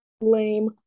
Lame